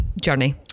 journey